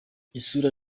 isura